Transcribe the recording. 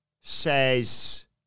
says